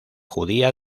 judía